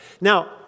Now